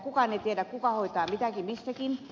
kukaan ei tiedä kuka hoitaa mitäkin missäkin